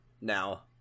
now